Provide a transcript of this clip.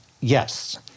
yes